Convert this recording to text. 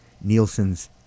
Nielsen's